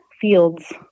fields